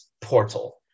portal